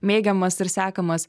mėgiamas ir sekamas